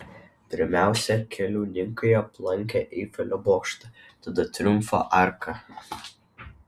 pirmiausia keliauninkai aplankė eifelio bokštą tada triumfo arką